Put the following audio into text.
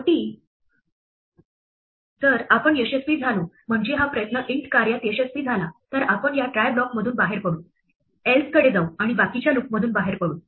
शेवटी जर आपण यशस्वी झालो म्हणजे हा प्रयत्न int कार्यात यशस्वी झाला तर आपण या ट्राय ब्लॉकमधून बाहेर पडू else कडे जाऊ आणि बाकीच्या लूपमधून बाहेर पडू